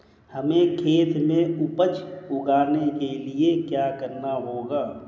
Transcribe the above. हमें खेत में उपज उगाने के लिये क्या करना होगा?